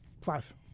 Five